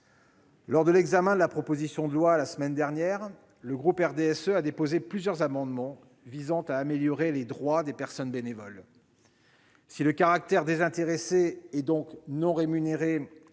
Lors de l'examen de la proposition de loi la semaine dernière, le groupe du RDSE a déposé plusieurs amendements visant à améliorer les droits des personnes bénévoles. Si le caractère désintéressé, donc non rémunéré,